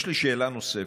יש לי שאלה נוספת.